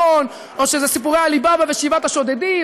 הוא נכון או שזה סיפורי עלי באבא ושבעת השודדים.